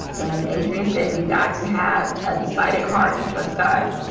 and adrienne said you got to have a decided heart to trust god.